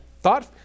thought